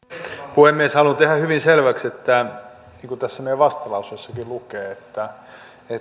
puhemies haluan tehdä hyvin selväksi että niin kuin tässä meidän vastalauseessammekin lukee